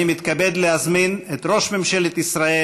אני מתכבד להזמין את ראש ממשלת ישראל